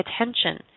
attention